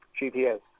GPS